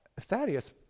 Thaddeus